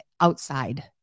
outside